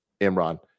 Imran